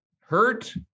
hurt